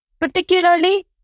Particularly